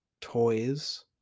toys